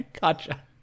gotcha